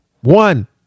one